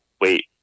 wait